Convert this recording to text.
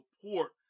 support